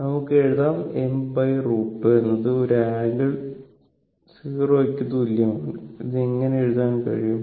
നമുക്ക് എഴുതാം m√ 2 എന്നത് ഒരു ആംഗിൾ 0 o ക്കു തുല്യമാണ് ഇത് ഇങ്ങിനെ എഴുതാൻ കഴിയും